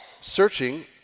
searching